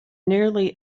nearly